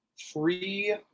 three